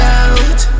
out